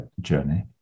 journey